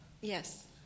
Yes